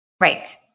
Right